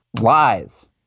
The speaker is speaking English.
lies